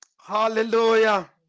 Hallelujah